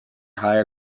higher